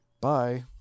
Bye